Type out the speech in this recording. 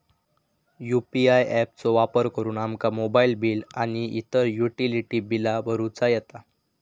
UPI app चो वापर करुन आमका मोबाईल बिल आणि इतर युटिलिटी बिला भरुचा येता